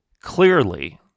clearly